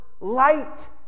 light